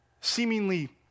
seemingly